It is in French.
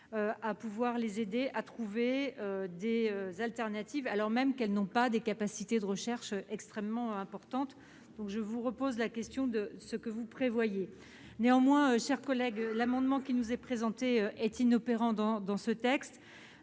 à pouvoir les aider à trouver des alternatives, alors même qu'elles n'ont pas des capacités de recherche extrêmement importantes. Aussi, je vous repose la question de ce que vous prévoyez pour elles. Néanmoins, mon cher collègue, l'amendement qui nous est présenté ne peut trouver sa place dans ce texte.